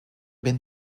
been